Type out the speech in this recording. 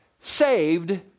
saved